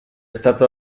stato